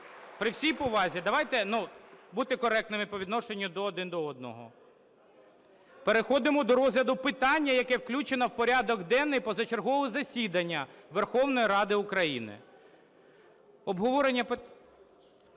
При всій повазі, давайте бути коректними по відношенню один до одного. Переходимо до розгляду питання, яке включено в порядок денний позачергового засідання Верховної Ради України. Обговорення…